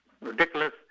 ridiculous